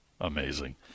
Amazing